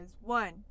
One